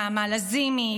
נעמה לזימי,